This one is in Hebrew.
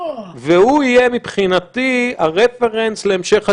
והוא יהיה מבחינתי הרפרנס להמשך הדיונים,